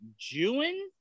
Jewin